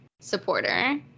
supporter